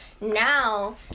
now